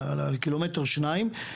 לקילומטר-שניים,